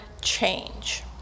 change